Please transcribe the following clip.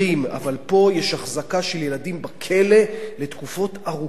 אבל פה יש החזקה של ילדים בכלא לתקופות ארוכות.